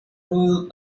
rule